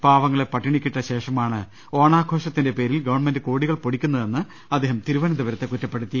പാവങ്ങളെ പട്ടിണിക്കിട്ട ശേഷമാണ് ഓണാഘോഷത്തിന്റെ പേരിൽ ഗവൺമെന്റ് കോടികൾ പൊടിക്കുന്നതെന്ന് അദ്ദേഹം തിരു വനന്തപുരത്ത് കുറ്റപ്പെടുത്തി